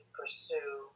pursue